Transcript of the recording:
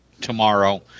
tomorrow